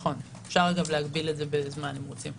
אגב, אפשר להגביל את זה בזמן, אם רוצים.